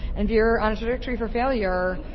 and if you're on a trajectory for failure,